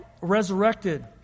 resurrected